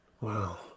Wow